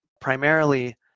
primarily